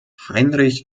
heinrich